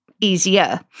easier